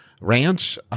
Ranch